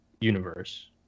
universe